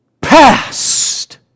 past